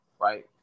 right